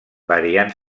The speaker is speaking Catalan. variant